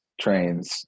trains